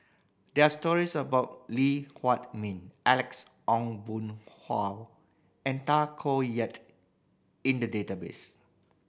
there are stories about Lee Huei Min Alex Ong Boon Hau and Tay Koh Yat in the database